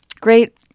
great